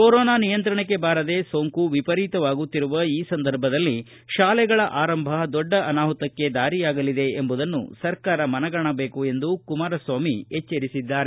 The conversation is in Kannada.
ಕೊರೋನಾ ನಿಯಂತ್ರಣಕ್ಕೆ ಬಾರದೆ ಸೋಂಕು ವಿಪರೀತವಾಗುತ್ತಿರುವ ಈ ಸಂದರ್ಭದಲ್ಲಿ ತಾಲೆಗಳ ಆರಂಭ ದೊಡ್ಡ ಅನಾಹುತಕ್ಕೆ ದಾರಿಯಾಗಲಿದೆ ಎಂಬುದನ್ನು ಸರಕಾರ ಮನಗಾಣಬೇಕು ಎಂದು ಕುಮಾರಸ್ವಾಮಿ ಎಚ್ವರಿಸಿದ್ದಾರೆ